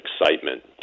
excitement